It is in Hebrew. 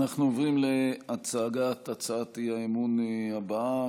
אנחנו עוברים להצגת הצעת האי-אמון הבאה,